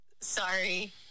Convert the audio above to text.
Sorry